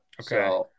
Okay